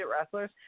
wrestlers